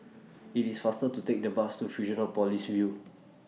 IT IS faster to Take The Bus to Fusionopolis View